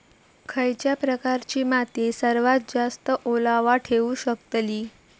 खयच्या प्रकारची माती सर्वात जास्त ओलावा ठेवू शकतली?